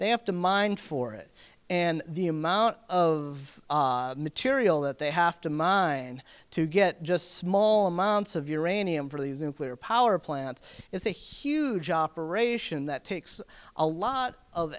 they have to mine for it and the amount of material that they have to mine to get just small amounts of uranium for these nuclear power plants is a huge operation that takes a lot of